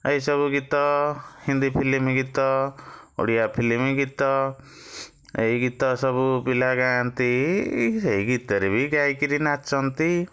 ଏହି ସବୁ ଗୀତ ହିନ୍ଦୀ ଫିଲ୍ମ ଗୀତ ଓଡ଼ିଆ ଫିଲ୍ମ ଗୀତ ଏଇ ଗୀତ ସବୁ ପିଲା ଗାଆନ୍ତି ସେହି ଗୀତରେ ବି ଗାଇକିରି ନାଚନ୍ତି